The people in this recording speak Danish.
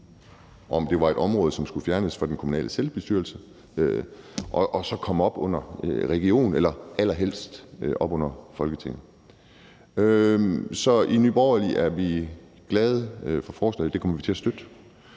om det var et område, som skulle fjernes fra det kommunale selvstyre og så komme ind under regionen eller allerhelst ind under Folketinget. Så i Nye Borgerlige er vi glade for forslaget, og vi kommer til at støtte